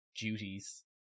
duties